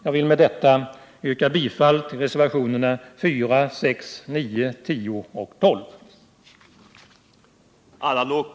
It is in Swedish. Jag vill med detta yrka bifall till reservationerna nr 4,6,9, 10 och 12 vid socialförsäkringsutskottets betänkande nr 24.